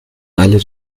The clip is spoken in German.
alle